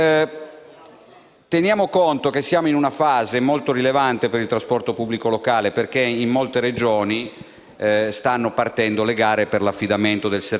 Teniamo conto che siamo in una fase molto rilevante per il trasporto pubblico locale, perché in molte Regioni stanno partendo le gare per l'affidamento del servizio.